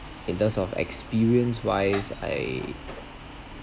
in terms of experience wise I